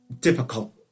difficult